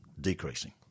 decreasing